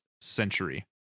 century